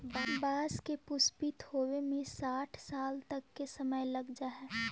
बाँस के पुष्पित होवे में साठ साल तक के समय लग जा हइ